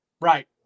right